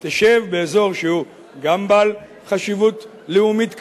תשב באזור שהוא גם בעל חשיבות לאומית קריטית,